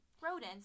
rodents